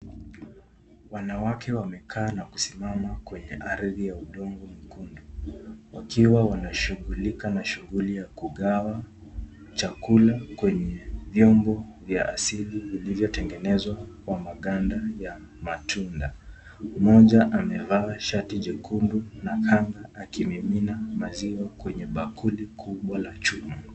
Wanawake wamekaa na kusimama kwenye ardhi ya udongo mwekundu, wakiwa wanashughulika na shughuli ya kugawa chakula kwenye vyombo vya asili vilivyo tengenezwa kwa maganda ya matunda. Mmoja amevaa shati jekundu na anga akimimina maziwa kwenye bakuli kubwa la chuma.